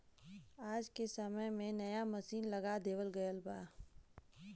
आज के समय में नया मसीन लगा देवल गयल बा